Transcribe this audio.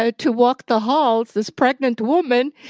ah to walk the halls, this pregnant woman,